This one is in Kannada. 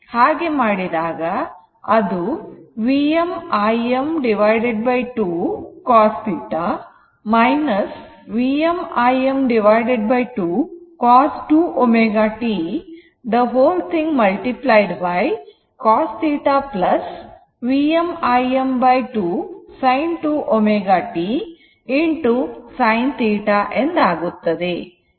ಹಾಗೆ ಮಾಡಿದಾಗ ಅದು Vm Im 2 cos θ Vm Im 2 cos 2 ω t cos θ Vm Im 2 sin 2 ω t sin θ ಎಂದಾಗುತ್ತದೆ